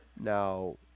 Now